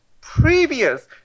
previous